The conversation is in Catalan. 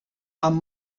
amb